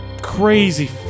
Crazy